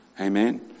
Amen